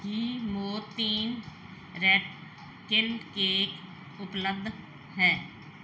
ਕੀ Mortein rat kill cake ਉਪਲੱਬਧ ਹੈ